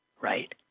right